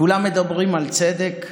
כולם מדברים על צדק,